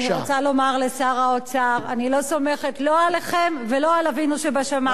אני רוצה לומר לשר האוצר שאני לא סומכת לא עליכם ולא על אבינו שבשמים.